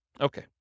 Okay